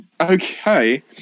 okay